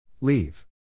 Leave